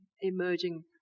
emerging